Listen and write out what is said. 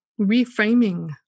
reframing